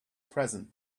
present